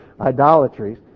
idolatries